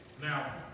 Now